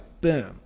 boom